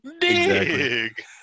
Dig